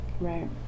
Right